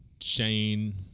Shane